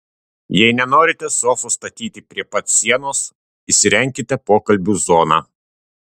jei nenorite sofos statyti prie pat sienos įsirenkite pokalbių zoną